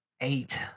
eight